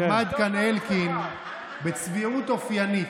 עמד כאן אלקין בצביעות אופיינית,